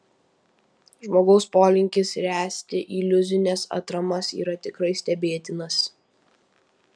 žmogaus polinkis ręsti iliuzines atramas yra tikrai stebėtinas